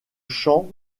champ